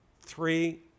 Three